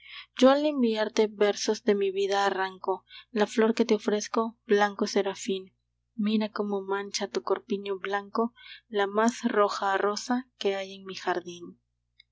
yo al enviarte versos de mi vida arranco la flor que te ofrezco blanco serafín mira cómo mancha tu corpiño blanco la más roja rosa que hay en mi jardín